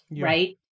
right